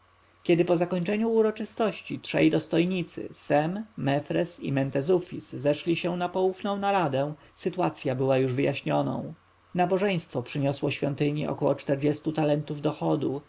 kiedy po zakończeniu uroczystości trzej dostojnicy sem mefres i mentezufis zeszli się na poufną naradę sytuacja była już wyjaśnioną nabożeństwo przyniosło świątyni około czterdziestu talentów dochodu